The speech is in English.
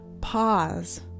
pause